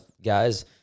guys